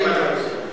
הוא עונה לך,